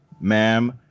Ma'am